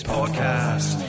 Podcast